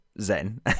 Zen